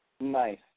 Nice